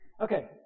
Okay